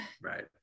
Right